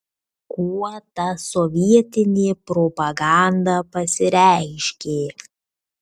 kuo ta sovietinė propaganda pasireiškė